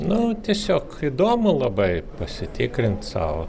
nu tiesiog įdomu labai pasitikrint savo